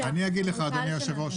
אני אגיד לך, אדוני היושב-ראש.